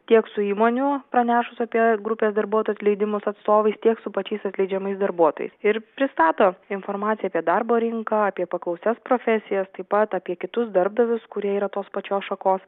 tiek su įmonių pranešus apie grupės darbuotojų atleidimus atstovais tiek su pačiais atleidžiamais darbuotojais ir pristato informaciją apie darbo rinką apie paklausias profesijas taip pat apie kitus darbdavius kurie yra tos pačios šakos